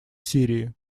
сирии